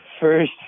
First